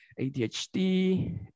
ADHD